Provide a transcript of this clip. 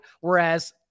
Whereas